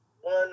one